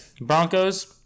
Broncos